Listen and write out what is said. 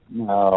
no